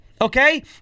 Okay